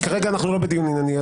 כרגע אנחנו לא בדיון ענייני.